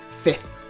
fifth